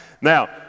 now